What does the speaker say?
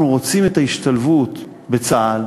אנחנו רוצים את ההשתלבות בצה"ל,